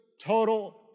total